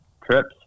trips